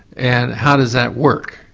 and how does that work?